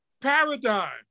paradigm